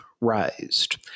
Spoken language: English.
raised